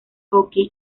hockey